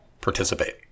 participate